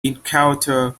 encounters